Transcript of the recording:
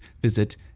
visit